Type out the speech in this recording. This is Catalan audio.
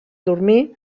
dormir